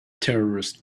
terrorist